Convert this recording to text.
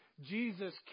Jesus